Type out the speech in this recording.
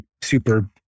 super